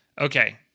Okay